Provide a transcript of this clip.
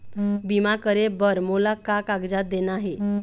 बीमा करे बर मोला का कागजात देना हे?